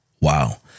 Wow